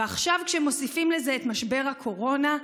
ועכשיו, כשמוסיפים לזה את משבר הקורונה,